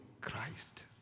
Christ